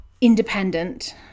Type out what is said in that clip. independent